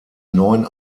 neun